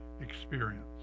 experience